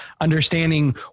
Understanding